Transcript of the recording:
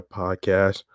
podcast